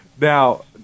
Now